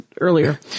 earlier